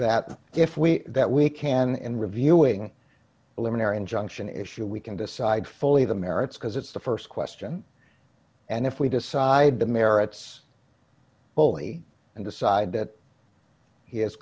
that if we that we can in reviewing the luminary injunction issue we can decide fully the merits because it's the st question and if we decide the merits fully and decide that he